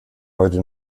heute